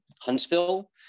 Huntsville